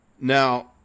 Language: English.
Now